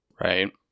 Right